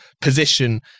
position